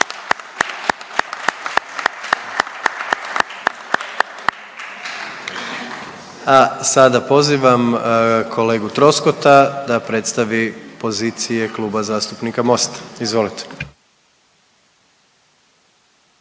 A sada pozivam kolegu Troskota da predstavi pozicije Kluba zastupnika Mosta, izvolite.